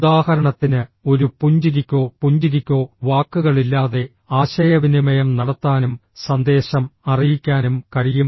ഉദാഹരണത്തിന് ഒരു പുഞ്ചിരിക്കോ പുഞ്ചിരിക്കോ വാക്കുകളില്ലാതെ ആശയവിനിമയം നടത്താനും സന്ദേശം അറിയിക്കാനും കഴിയും